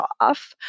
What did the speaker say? off